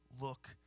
look